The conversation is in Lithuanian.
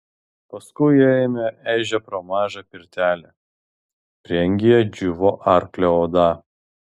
paskui ėjome ežia pro mažą pirtelę prieangyje džiūvo arklio oda